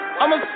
I'ma